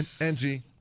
Angie